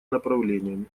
направлениями